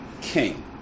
king